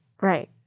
Right